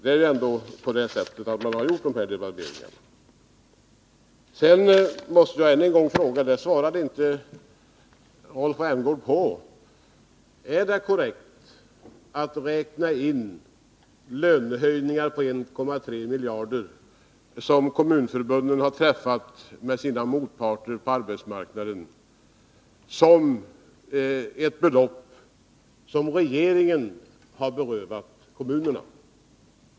Eftersom Rolf Rämgård inte svarade på det måste jag än en gång fråga: Är det korrekt att räkna lönehöjningar på 1,3 miljarder, som Kommunförbundet träffat överenskommelse om med sina motparter på arbetsmarknaden, som ett belopp som regeringen har berövat kommunerna?